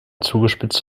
zugespitzt